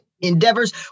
endeavors